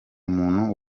muntu